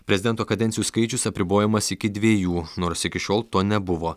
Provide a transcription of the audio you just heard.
prezidento kadencijų skaičius apribojamas iki dviejų nors iki šiol to nebuvo